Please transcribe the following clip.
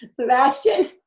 Sebastian